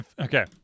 okay